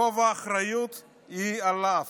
"" רוב האחריות היא עליו.